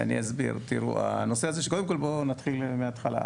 קודם כל, בואו נתחיל מההתחלה.